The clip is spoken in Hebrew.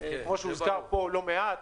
פה לא מעט,